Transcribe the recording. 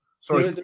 sorry